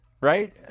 Right